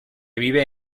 vive